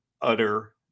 utter